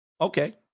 Okay